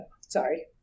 sorry